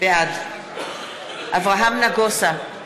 בעד אברהם נגוסה,